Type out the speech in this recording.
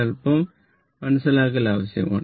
അല്പം മനസ്സിലാക്കൽ ആവശ്യമാണ്